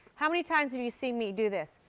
how many times have you seen me do this.